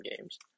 games